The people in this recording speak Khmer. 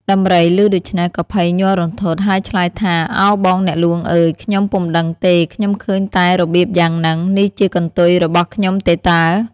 ដំរីឮដូច្នេះក៏ភ័យញ័ររន្ធត់ ហើយឆ្លើយថា៖ "ឱបងអ្នកហ្លួងអើយ! ខ្ញុំពុំដឹងទេ ខ្ញុំឃើញតែរបៀបយ៉ាងហ្នឹង នេះជាកន្ទុយរបស់ខ្ញុំទេតើ"។